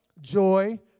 joy